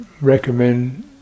recommend